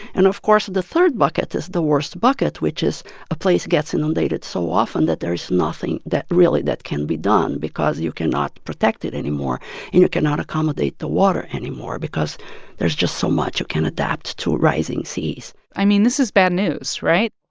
and, of course, the third bucket is the worst bucket, which is a place gets inundated so often that there is nothing that really that can be done because you cannot protect it anymore. and you cannot accommodate the water anymore because there's just so much you can adapt to rising seas i mean, this is bad news, right?